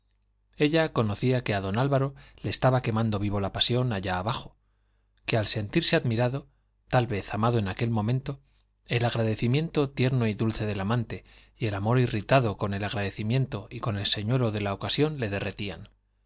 ella conocía que a don álvaro le estaba quemando vivo la pasión allá abajo que al sentirse admirado tal vez amado en aquel momento el agradecimiento tierno y dulce del amante y el amor irritado con el agradecimiento y con el señuelo de la ocasión le derretían